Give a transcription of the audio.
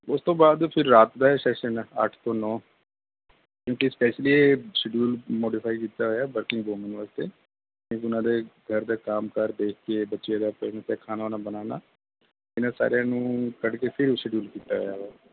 ਉਸ ਤੋਂ ਬਾਅਦ ਫਿਰ ਰਾਤ ਦਾ ਹੈ ਸੈਸ਼ਨ ਹੈ ਅੱਠ ਤੋਂ ਨੌਂ ਕਿਉਂਕਿ ਸਪੈਸ਼ਲੀ ਇਹ ਸ਼ਡਿਊਲ ਮੋਡੀਫਾਈ ਕੀਤਾ ਹੋਇਆ ਵਰਕਿੰਗ ਵੋਮੈਨ ਵਾਸਤੇ ਕਿਉਂਕਿ ਉਨ੍ਹਾਂ ਦੇ ਘਰ ਦਾ ਕੰਮ ਕਾਰ ਦੇਖ ਕੇ ਬੱਚੇ ਦਾ ਪੇਰੈਂਟਸ ਦਾ ਖਾਣਾ ਬਾਣਾ ਬਣਾਉਣਾ ਇਨ੍ਹਾਂ ਸਾਰਿਆਂ ਨੂੰ ਕੱਢ ਕੇ ਫਿਰ ਇਹ ਸ਼ਡਿਊਲ ਕੀਤਾ ਹੋਇਆ ਵਾ